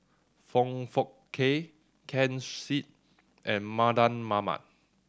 Foong Fook Kay Ken Seet and Mardan Mamat